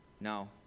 No